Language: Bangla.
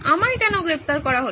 আমায় কেন গ্রেপ্তার করা হলো